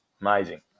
amazing